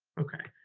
okay.